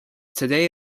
today